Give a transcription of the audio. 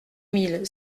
mille